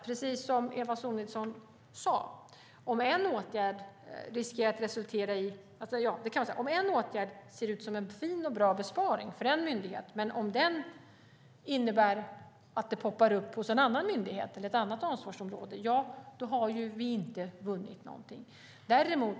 Precis som Eva Sonidsson sade kan en åtgärd se ut som en fin och bra besparing för en myndighet, men om åtgärden innebär att kostnaden poppar upp hos en annan myndighet eller på ett annat ansvarsområde har vi inte vunnit någonting.